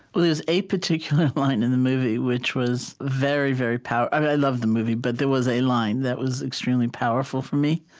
well, there is a particular line in the movie, which was very, very powerful i love the movie, but there was a line that was extremely powerful for me,